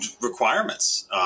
requirements